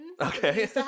Okay